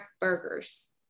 burgers